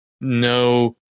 no